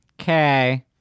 Okay